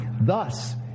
Thus